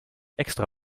extra